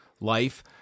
life